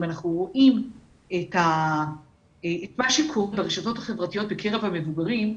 אם אנחנו רואים את מה שקורה ברשתות החברתיות בקרב המבוגרים,